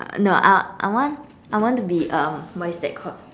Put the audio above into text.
uh no I I want I want to be um what is that called